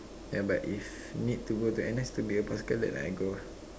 yeah but if need to go to N_S to be a paskal then I go